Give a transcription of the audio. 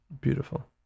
Beautiful